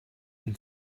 and